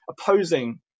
opposing